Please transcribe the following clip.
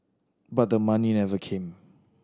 but the money never came